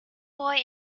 boy